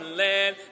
land